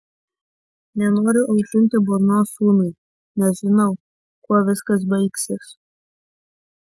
nenoriu aušinti burnos sūnui nes žinau kuo viskas baigsis